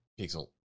Pixel